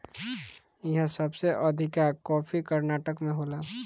इहा सबसे अधिका कॉफ़ी कर्नाटक में होला